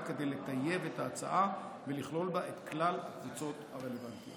כדי לטייב את ההצעה ולכלול בה את כלל הקבוצות הרלוונטיות.